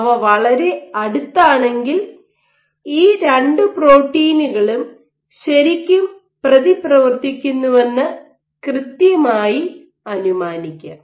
അവ വളരെ അടുത്താണെങ്കിൽ ഈ രണ്ടു പ്രോട്ടീനുകളും ശരിക്കും പ്രതിപ്രവർത്തിക്കുന്നുവെന്ന് കൃത്യമായി അനുമാനിക്കാം